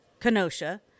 Kenosha